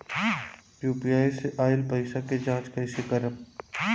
UPI से आइल पईसा के जाँच कइसे करब?